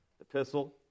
epistle